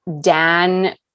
Dan